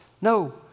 No